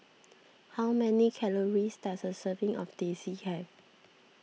how many calories does a serving of Teh C have